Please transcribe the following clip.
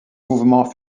mouvement